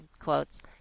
quotes